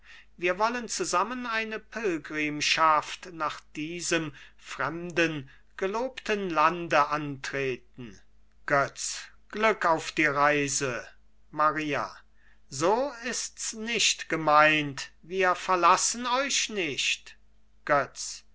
wir wollen zusammen eine pilgrimschaft nach diesem fremden gelobten lande antreten götz glück auf die reise maria so ist's nicht gemeint wir verlassen euch nicht götz